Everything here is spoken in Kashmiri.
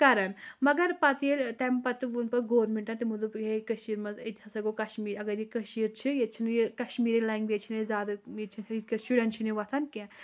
کَران مگر پَتہٕ ییٚلہِ تَمہِ پَتہٕ ووٚن پَتہٕ گورمٮ۪نٛٹَن تِمو دوٚپ یِہے کٔشیٖرۍ منٛز ییٚتہِ ہسا گوٚو کَشمیٖر اَگر یہِ کٔشیٖر چھِ ییٚتہِ چھِنہٕ یہِ کَشمیٖری لَنٛگویج چھِنہٕ أسۍ زیادٕ ییٚتہِ چھِ ییٚتہِ کٮ۪ن شُرٮ۪ن چھِنہٕ یہِ وۄتھان کیٚنٛہہ